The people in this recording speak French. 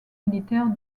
militaire